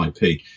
IP